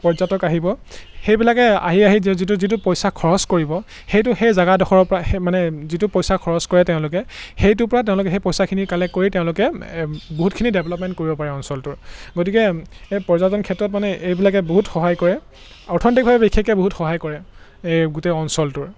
পৰ্যটক আহিব সেইবিলাকে আহি আহি যিটো যিটো পইচা খৰচ কৰিব সেইটো সেই জেগাডোখৰৰপৰা সেই মানে যিটো পইচা খৰচ কৰে তেওঁলোকে সেইটোৰপৰা তেওঁলোক সেই পইচাখিনি কালেক্ট কৰি তেওঁলোকে বহুতখিনি ডেভেলপমেণ্ট কৰিব পাৰে অঞ্চলটোৰ গতিকে এই পৰ্যটন ক্ষেত্ৰত মানে এইবিলাকে বহুত সহায় কৰে অৰ্থনৈতিকভাৱে বিশেষকৈ বহুত সহায় কৰে এই গোটেই অঞ্চলটোৰ